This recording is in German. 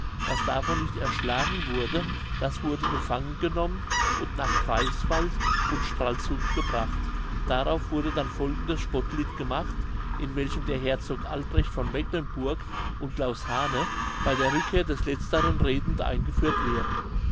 was davon nicht erschlagen wurde das wurde gefangen genommen und nach greifswald und stralsund gebracht darauf wurde dann folgendes spottlied gemacht in welchem der herzog albrecht von mecklenburg und claus hane bei der rückkehr des letzteren redend eingeführt werden